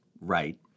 right